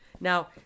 Now